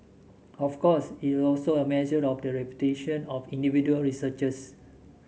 of course is also a measure of the reputation of individual researchers